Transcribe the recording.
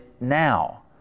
now